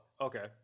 okay